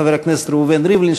חבר הכנסת ראובן ריבלין,